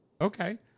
Okay